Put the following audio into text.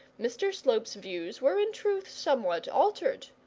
mr slope's views were, in truth, somewhat altered.